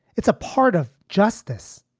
it's a part of justice.